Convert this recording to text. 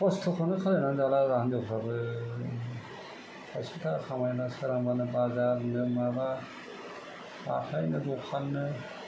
खस्थ'खौनो खालामनानै जालाब्रा हिनजावफ्राबो थाइसेबो थाखा खामायला सोरांबानो बाजारनो माबा हाथाइनो दखाननो